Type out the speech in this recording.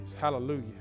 Hallelujah